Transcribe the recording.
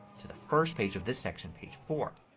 to the first page of this section page four.